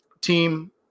team